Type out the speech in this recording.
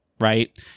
right